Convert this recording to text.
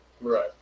Right